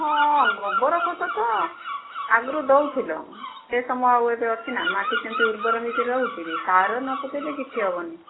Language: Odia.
ହଁ ଗୋବର ଖତ ତ ଆଗରୁ ଦେଉଥିଲ ସେ ସମୟ ଆଉ ଏବେ ଅଛି ନା ମାଟି ସେମିତି ଉର୍ବର ହେଇକି ରହୁଛି କି ସାର ନ ପକାଇଲେ କିଛି ହେବନି